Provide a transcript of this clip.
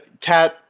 Kat